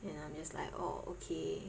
and I'm just like oh okay